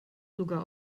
sogar